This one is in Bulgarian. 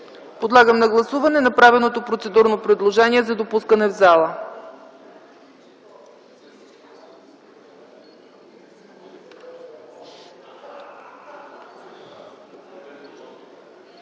Подлагам на гласуване направеното процедурно предложение за допускане в